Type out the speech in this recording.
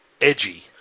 edgy